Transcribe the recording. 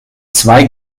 zwei